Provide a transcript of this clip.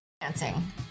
dancing